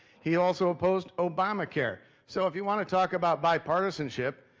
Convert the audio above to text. he also opposed obamacare. so if you wanna talk about bipartisanship,